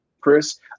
Chris